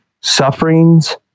sufferings